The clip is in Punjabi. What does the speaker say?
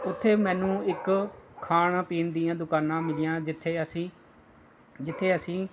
ਉੱਥੇ ਮੈਨੂੰ ਇੱਕ ਖਾਣ ਪੀਣ ਦੀਆਂ ਦੁਕਾਨਾਂ ਮਿਲੀਆਂ ਜਿੱਥੇ ਅਸੀਂ ਜਿੱਥੇ ਅਸੀਂ